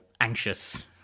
anxious